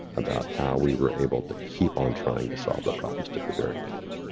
about how we were able to keep on trying to solve the problems to the very end.